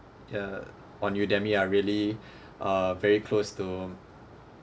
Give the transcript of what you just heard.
ya on udemy are really uh very close to